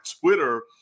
Twitter